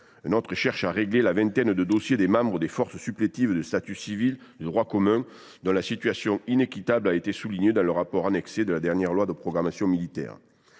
autre tend à régler la vingtaine de dossiers des membres des forces supplétives de statut civil de droit commun, dont la situation inéquitable a été soulignée dans le rapport annexé de la dernière loi de programmation militaire